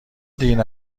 دیر